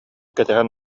кэтэһэн